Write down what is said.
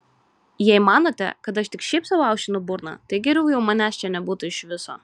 jei manote kad aš tik šiaip sau aušinu burną tai geriau jau manęs čia nebūtų iš viso